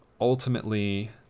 Ultimately